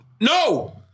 No